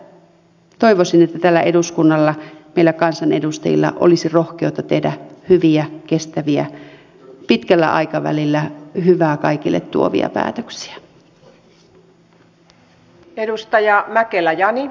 toivoisin että tällä eduskunnalla meillä kansanedustajilla olisi rohkeutta tehdä hyviä kestäviä pitkällä aikavälillä hyvää kaikille tuovia päätöksiä